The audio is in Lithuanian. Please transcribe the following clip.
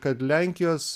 kad lenkijos